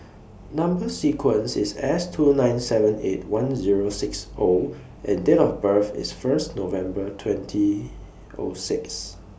Number sequence IS S two nine seven eight one Zero six O and Date of birth IS First November twenty O six